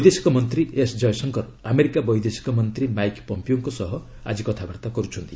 ବୈଦେଶିକ ମନ୍ତ୍ରୀ S Jaishankar America ବୈଦେଶିକ ମନ୍ତ୍ରୀ ମାଇକ୍ ପମ୍ପିଓଙ୍କ ସହ ଆଜି କଥାବାର୍ତ୍ତା କରୁଛନ୍ତି